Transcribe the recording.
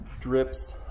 drips